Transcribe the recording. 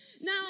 Now